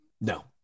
No